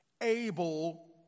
Able